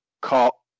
call